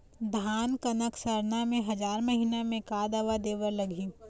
धान कनक सरना मे हजार महीना मे का दवा दे बर लगही?